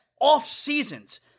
off-seasons—